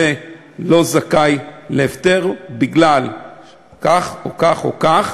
לא זכאי להפטר בגלל כך או כך או כך.